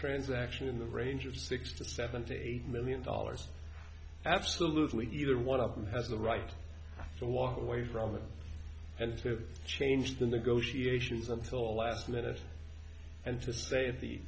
transaction in the range of six to seventy eight million dollars absolutely either one of them has the right to walk away from it and to change the negotiations until the last minute and to stay at the